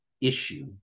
issue